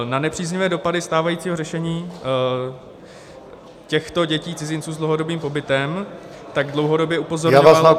Na nepříznivé dopady stávajícího řešení těchto dětí cizinců s dlouhodobým pobytem tak dlouhodobě upozorňuje